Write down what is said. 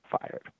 fired